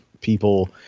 people